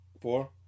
Four